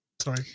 Sorry